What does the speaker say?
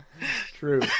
True